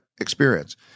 experience